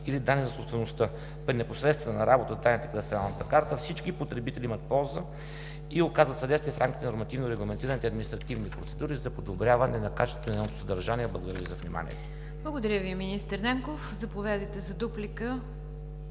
или данни за собствеността. При непосредствена работа с данните от кадастралната карта всички потребители имат полза и оказват съдействие в рамките на нормативно регламентираните административни процедури за подобряване на качеството и на нейното съдържание. Благодаря Ви за вниманието. ПРЕДСЕДАТЕЛ НИГЯР ДЖАФЕР: Благодаря Ви, министър Нанков. Заповядайте за дуплика,